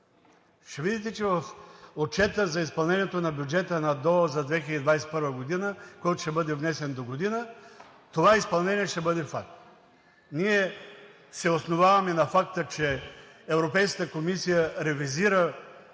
Ще видите, че в Отчета за изпълнението на бюджета на ДОО за 2021 г., който ще бъде внесен догодина, това изпълнение ще бъде факт. Ние се основаваме на факта, че Европейската комисия ревизира